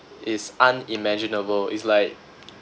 is unimaginable is like